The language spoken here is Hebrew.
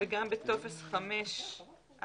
וגם בטופס 5(א),